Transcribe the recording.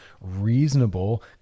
reasonable